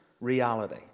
reality